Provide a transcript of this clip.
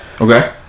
okay